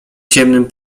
ciemnym